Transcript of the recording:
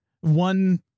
one